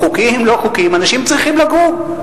חוקיים או לא חוקיים, אנשים צריכים לגור.